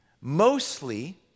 mostly